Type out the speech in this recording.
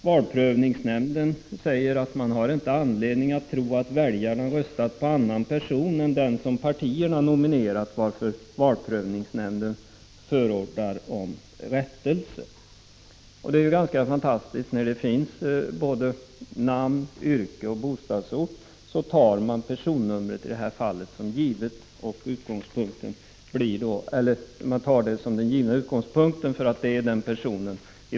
Valprövningsnämnden sade att man inte hade anledning tro att väljarna röstat på en annan person än den som partierna nominerat, varför valprövningsnämnden förordade rättelse. Det är ju ganska fantastiskt att man, trots att det fanns uppgift om såväl namn och yrke som bostadsort, i det här fallet tog personnumret som den givna utgångspunkten när det gällde att bestämma vilken person som avsågs.